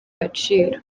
gaciro